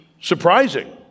surprising